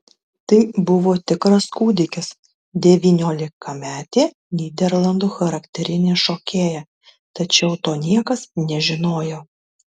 tai buvo tikras kūdikis devyniolikametė nyderlandų charakterinė šokėja tačiau to niekas nežinojo